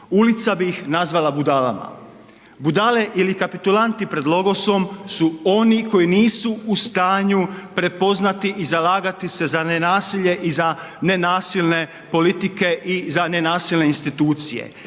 Ulica bi ih nazvala budalama. Budale ili kapitulanti pred logosom su oni koji nisu u stanju prepoznati i zalagati se za nenasilje i za nenasilne politike i za nenasilne institucije.